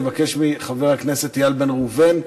אני מבקש מחבר הכנסת איל בן ראובן,